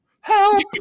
help